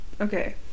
okay